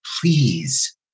please